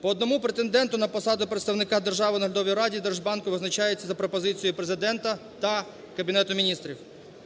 По одному претенденту на посаду представника держави у наглядовій раді держбанку визначається за пропозицією Президента та Кабінету Міністрів.